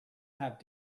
have